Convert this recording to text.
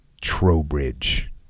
Trowbridge